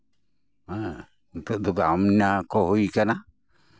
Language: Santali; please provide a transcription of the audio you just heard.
ᱦᱮᱸ ᱱᱮᱛᱟᱨ ᱫᱚ ᱟᱭᱢᱟ ᱠᱚ ᱦᱩᱭ ᱟᱠᱟᱱᱟ